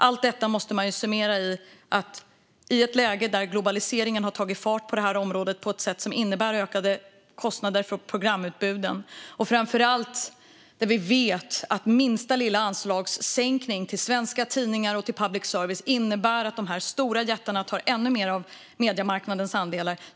Allt detta måste man summera. I ett läge där globaliseringen har tagit fart på det här området innebär det ökade kostnader för programutbuden. Vi vet att minsta lilla anslagssänkning till svenska tidningar och public service innebär att de stora jättarna tar ännu mer av mediemarknadens andelar.